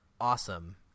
awesome